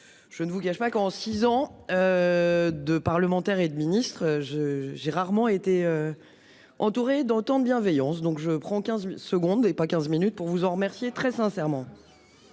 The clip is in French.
Je ne vous cache pas qu'en 6 ans. De parlementaires et de ministres je j'ai rarement été. Entouré d'autant de bienveillance. Donc je prends 15 secondes et pas 15 minutes pour vous en remercier très sincèrement.